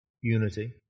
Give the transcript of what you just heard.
unity